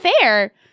fair